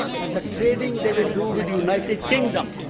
and the trading they will do with the united kingdom,